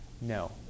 No